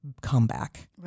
comeback